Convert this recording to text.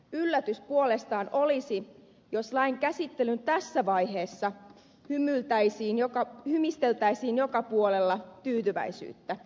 yllätys puolestaan olisi jos lain käsittelyn tässä vaiheessa hymisteltäisiin joka puolella tyytyväisyyttä